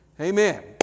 Amen